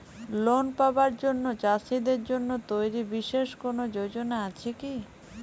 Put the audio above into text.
Loan পাবার জন্য চাষীদের জন্য তৈরি বিশেষ কোনো যোজনা আছে কি?